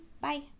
Bye